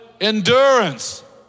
endurance